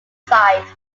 site